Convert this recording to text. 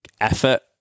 effort